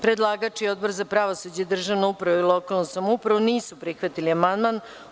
Predlagač i Odbor za pravosuđe, državnu upravu i lokalnu samoupravu nisu prihvatili amandman.